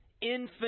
infinite